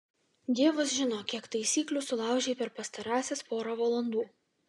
dievas žino kiek taisyklių sulaužei per pastarąsias porą valandų